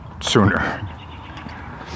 sooner